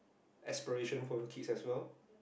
expiration for your kid as well